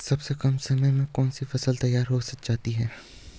सबसे कम समय में कौन सी फसल तैयार हो जाती है?